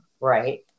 right